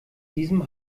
diesem